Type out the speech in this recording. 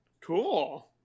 cool